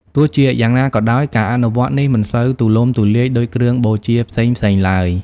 ទោះជាយ៉ាងណាក៏ដោយ ការអនុវត្តនេះមិនសូវទូលំទូលាយដូចគ្រឿងបូជាផ្សេងៗឡើយ។